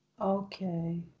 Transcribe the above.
Okay